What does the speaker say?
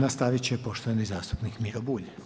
Nastaviti će poštovani zastupnik Miro Bulj.